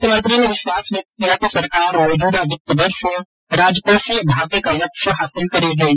वित्त मंत्री ने विश्वास व्यक्त किया कि सरकार मौजूदा वित्त वर्ष में राजकोषीय घाटे का लक्ष्य हासिल करेगी